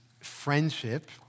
friendship